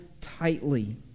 tightly